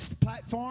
platform